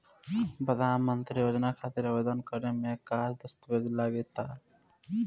प्रधानमंत्री योजना खातिर आवेदन करे मे का का दस्तावेजऽ लगा ता?